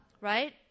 right